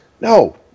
No